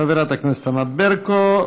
חברת הכנסת ענת ברקו.